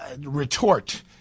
retort